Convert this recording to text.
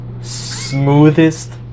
smoothest